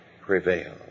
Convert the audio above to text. prevail